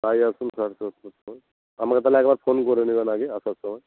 I আর আমাকে তাহলে একবার ফোন করে নেবেন আগে আসার সময়